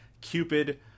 Cupid